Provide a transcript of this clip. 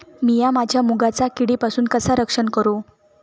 मीया माझ्या मुगाचा किडीपासून कसा रक्षण करू?